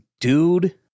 Dude